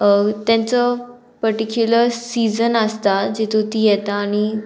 तेंचो particular season आसता जितू ती येता आनी